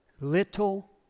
Little